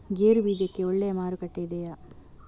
ಗೇರು ಬೀಜಕ್ಕೆ ಒಳ್ಳೆಯ ಮಾರುಕಟ್ಟೆ ಇದೆಯೇ?